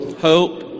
hope